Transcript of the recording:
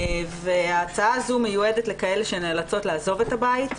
ההצעה הזו מיועדת לכאלה שנאלצות לעזוב את הבית.